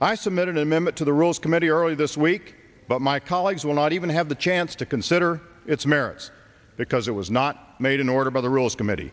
i submitted a minute to the rules committee early this week but my colleagues will not even have the chance to consider its merits because it was not made an order by the rules committee